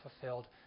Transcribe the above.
fulfilled